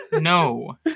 No